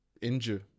Injure